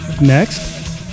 next